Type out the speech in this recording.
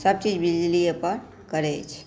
सब चीज बिजलिएपर करै छै